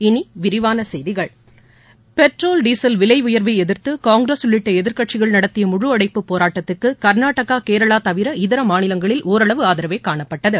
இனி விரிவான செய்திகள் பெட்ரோல் டீசல் விலை உயர்வை எதிர்த்து காங்கிரஸ் உள்ளிட்ட எதிர்க்கட்சிகள் நடத்திய முழு அடைப்புப் போராட்டத்துக்கு கா்நாடகா கேரளா தவிர இதர மாநிலங்களில் ஒரளவு ஆதரவே காணப்பட்டது